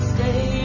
Stay